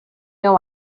know